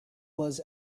was